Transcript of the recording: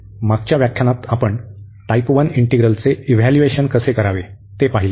मागच्या व्याख्यानात आपण टाइप 1 इंटीग्रलचे इव्हॅल्यूएशन कसे करावे ते पाहिले